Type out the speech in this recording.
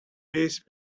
peace